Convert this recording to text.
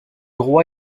roi